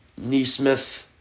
Neesmith